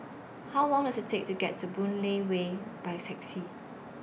How Long Does IT Take to get to Boon Lay Way By Taxi